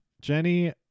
jenny